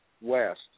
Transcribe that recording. West